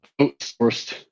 outsourced